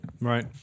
Right